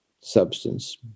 substance